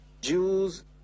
Jews